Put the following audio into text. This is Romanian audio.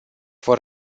vor